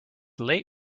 late